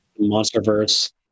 Monsterverse